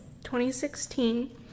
2016